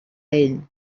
ell